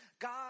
god